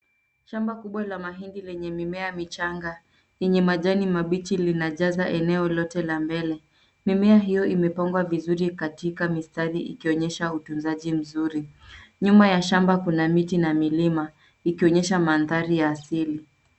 Shamba kubwa la mahindi lenye mimea michanga yenye majani mabichi linajaza eneo lote la mbele. Mimea hiyo imepangwa vizuri katika mistari ikionyesha utunzanji mzuri. Nyuma ya shamba kuna miti na milima ikionyesha mandhari ya asiri.